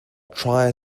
try